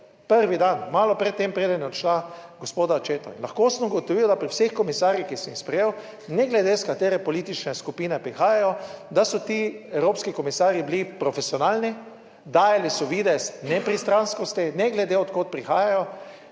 prvi dan, malo pred tem, preden je odšla od gospoda Accetta in lahko sem ugotovil, da pri vseh komisarjih, ki sem jih sprejel, ne glede iz katere politične skupine prihajajo, da so ti evropski komisarji bili profesionalni, dajali so videz nepristranskosti ne glede od kod prihajajo,